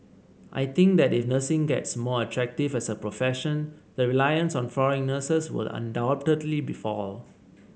I think that if nursing gets more attractive as a profession the reliance on foreign nurses will undoubtedly be fall